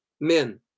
men